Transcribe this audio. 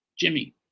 Jimmy